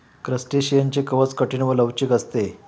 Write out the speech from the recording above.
क्रस्टेशियनचे कवच कठीण व लवचिक असते